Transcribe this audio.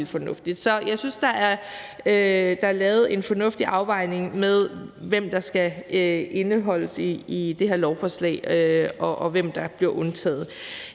Så jeg synes, der er lavet en fornuftig afvejning af, hvad der skal indeholdes i det her lovforslag, og hvad der skal undtages.